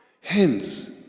Hence